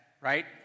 right